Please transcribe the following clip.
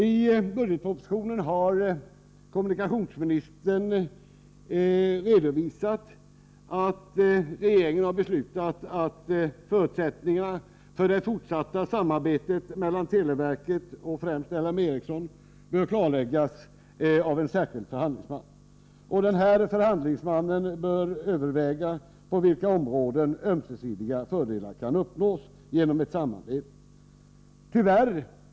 I budgetpropositionen har kommunikationsministern redovisat att regeringen anser att förutsättningarna för det fortsatta samarbetet mellan televerket och främst LM Ericsson bör klarläggas av en särskild förhandlingsman. Denna förhandlingsman bör överväga på vilka områden ömsesidiga fördelar kan uppnås genom ett samarbete.